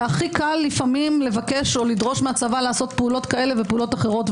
הכי קל לפעמים לדרוש מהצבא לדרוש לעשות פעולות כאלה ופעולות אחרות.